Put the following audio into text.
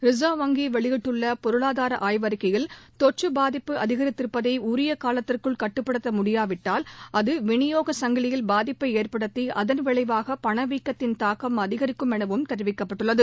reserve வங்கி வெளியிட்டுள்ள பொருளாதார ஆய்வறிக்கையில் தொற்று பாதிப்பு அதிகரிப்பதை உரிய காலத்திற்குள் கட்டுப்படுத்த முடியாவிட்டால் அது விநியோகச் சங்கிலியில் பாதிப்பை ஏற்படுத்தி அதன் விளைவாக பணவீக்கத்தின் தாக்கம் அதிகரிக்கும் எனவும் தெரிவிக்கப்பட்டுள்ளது